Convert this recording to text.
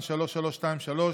פ/3323/24,